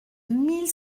mille